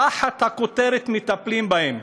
תחת הכותרת: מטפלים בהם.